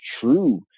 true